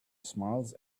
smiles